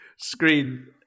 Screen